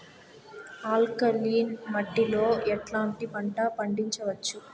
Alkaline మట్టి లో ఎట్లాంటి పంట పండించవచ్చు,?